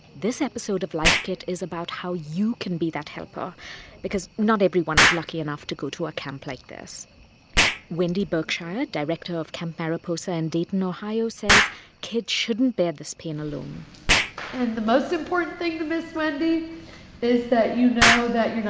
this episode of life kit is about how you can be that helper because not everyone is lucky enough to go to a camp like this wendy berkshire, director of camp mariposa in dayton, ohio, says kids shouldn't bear this pain alone and the most important thing to ms. wendy is that you know that you're not